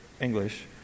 English